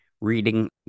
reading